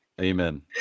Amen